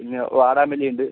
പിന്നെ വാടാമല്ലിയിണ്ട്